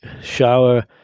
shower